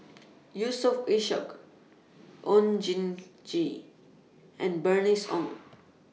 Yusof Ishak Oon Jin Gee and Bernice Ong